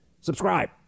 Subscribe